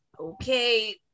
okay